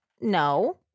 No